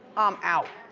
i'm out.